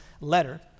letter